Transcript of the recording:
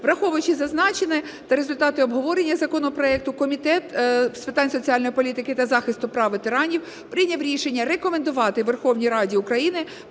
Враховуючи зазначене та результати обговорення законопроекту, Комітет з питань соціальної політики та захисту прав ветеранів прийняв рішення рекомендувати Верховній Раді України